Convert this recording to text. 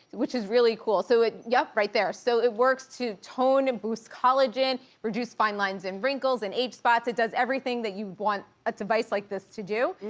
which is really cool. so it yup, right there. so it works to tone and boost collagen, reduced fine lines and wrinkles and age spots. it does everything that you want a device like this to do.